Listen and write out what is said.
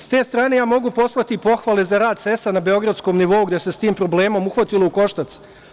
S te strane ja mogu poslati i pohvale za rad CES-a na beogradskom nivou, gde se s tim problemom uhvatilo u koštac.